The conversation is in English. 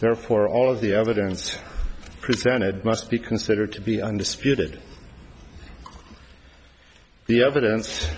therefore all of the evidence presented must be considered to be undisputed the evidence